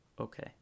Okay